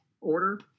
order